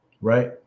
Right